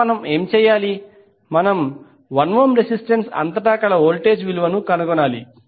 ఇప్పుడు మనం ఏమి చేయాలి మనము 1 ఓం రెసిస్టెన్స్ అంతటా కల వోల్టేజ్ విలువను కనుగొనాలి